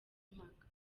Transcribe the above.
impaka